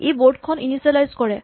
ই board খন initialise কৰে